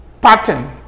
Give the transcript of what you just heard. pattern